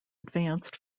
advanced